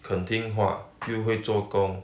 肯听话又会做工